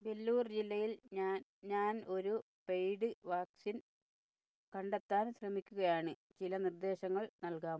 വെല്ലൂർ ജില്ലയിൽ ഞാൻ ഞാൻ ഒരു പെയ്ഡ് വാക്സിൻ കണ്ടെത്താൻ ശ്രമിക്കുകയാണ് ചില നിർദ്ദേശങ്ങൾ നൽകാമോ